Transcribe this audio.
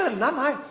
and nanna,